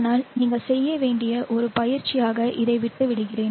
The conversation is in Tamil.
ஆனால் நீங்கள் செய்ய வேண்டிய ஒரு பயிற்சியாக இதை விட்டு விடுகிறேன்